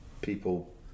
people